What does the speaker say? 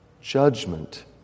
judgment